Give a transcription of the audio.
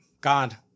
god